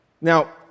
Now